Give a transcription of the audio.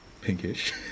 pinkish